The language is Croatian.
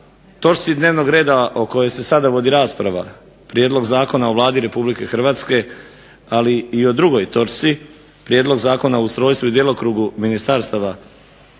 točci dnevnog reda o kojoj se sada vodi rasprava – prijedlog Zakona o Vladi RH, ali i o drugoj točci – prijedlog Zakona o ustrojstvu i djelokrugu ministarstava